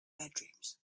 bedrooms